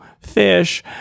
fish